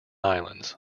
islands